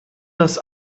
das